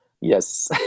Yes